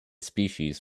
species